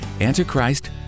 Antichrist